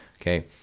okay